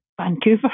Vancouver